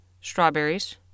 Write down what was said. strawberries